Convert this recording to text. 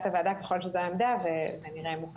הוועדה ככל שזו עמדת הוועדה ונראה אם הם --- כן,